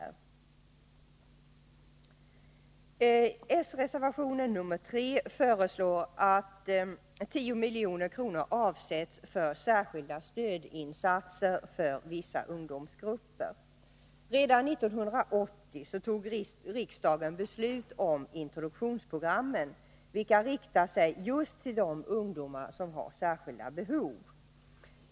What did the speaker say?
I s-reservationen nr3 föreslås att 10 milj.kr. avsätts för särskilda stödinsatser för vissa ungdomsgrupper. Redan 1980 fattade riksdagen beslut om introduktionsprogrammen, vilka riktar sig till ungdomar med särskilda behov.